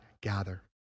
gather